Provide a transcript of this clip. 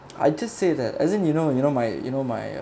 I just say that as in you know you know my you know my